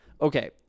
Okay